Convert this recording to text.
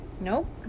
Nope